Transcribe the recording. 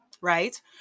right